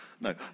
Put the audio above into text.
No